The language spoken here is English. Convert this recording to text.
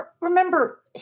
remember